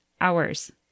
hours